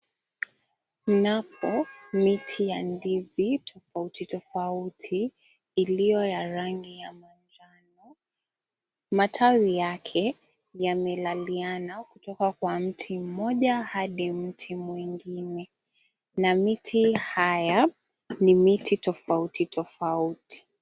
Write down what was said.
Mnapo miti ya ndizi tofauti tofauti iliyo ya rangi ya manjano, matawi yake yamelaliana kutoka kwa mti mmoja hadi mti mwingine na miti haya ni miti tofauti tofauti.